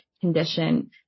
condition